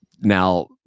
now